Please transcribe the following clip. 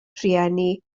rheini